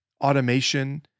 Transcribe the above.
automation